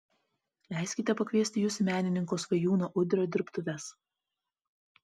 leiskite pakviesti jus į menininko svajūno udrio dirbtuves